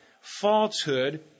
falsehood